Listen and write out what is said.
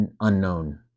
unknown